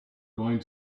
going